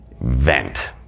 vent